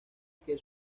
que